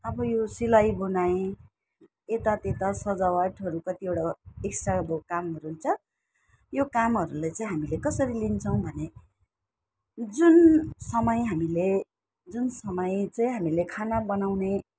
अब यो सिलाईबुनाई यतात्यता सजावटहरू कतिवटा एक्स्ट्रा अब कामहरू हुन्छ यो कामहरूले चाहिँ हामीले कसरी लिन्छौँ भने जुन समय हामीले जुन समय चाहिँ हामीले खाना बनाउने